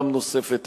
פעם נוספת,